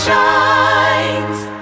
Shines